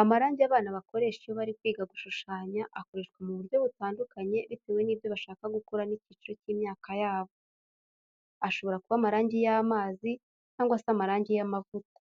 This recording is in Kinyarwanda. Amarangi abana bakoresha iyo bari kwiga gushushanya, akoreshwa mu buryo butandukanye bitewe n'ibyo bashaka gukora n'icyiciro cy'imyaka yabo. Ashobora kuba amarangi y'amazi cyangwa se amarangi y’amavuta.